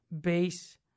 base